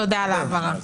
תודה על ההבהרה.